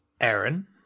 Aaron